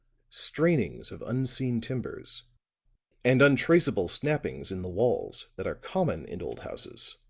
strainings of unseen timbers and untraceable snappings in the walls, that are common in old houses